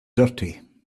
dirty